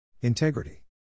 Integrity